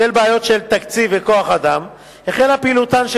בשל בעיות תקציב וכוח-אדם החלה פעילותן של